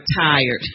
tired